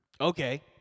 Okay